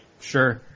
sure